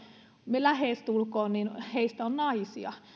lähestulkoon sata prosenttia heistä on naisia